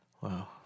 wow